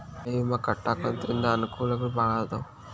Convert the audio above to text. ಬೆಳೆ ವಿಮಾ ಕಟ್ಟ್ಕೊಂತಿದ್ರ ಅನಕೂಲಗಳು ಬಾಳ ಅದಾವ